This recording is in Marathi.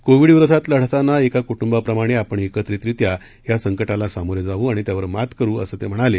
कोविड विरोधात लढतांना एका कूट्बाप्रमाणे आपण एकत्रितरित्या या संकटाला सामोरे जाऊ आणि त्यावर मात करू असं ते म्हणाले